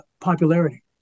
popularity